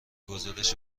گزارش